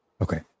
Okay